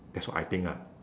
that's what I think ah